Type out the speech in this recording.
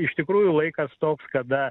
iš tikrųjų laikas toks kada